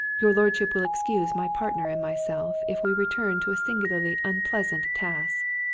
your lordship will excuse my partner and myself if we return to a singularly unpleasant task.